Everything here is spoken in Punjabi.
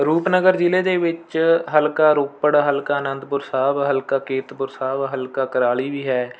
ਰੂਪਨਗਰ ਜ਼ਿਲ੍ਹੇ ਦੇ ਵਿੱਚ ਹਲਕਾ ਰੋਪੜ ਹਲਕਾ ਅਨੰਦਪੁਰ ਸਾਹਿਬ ਹਲਕਾ ਕੀਰਤਪੁਰ ਸਾਹਿਬ ਹਲਕਾ ਕੁਰਾਲੀ ਵੀ ਹੈ